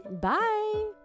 Bye